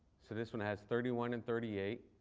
so this one has thirty one and thirty eight.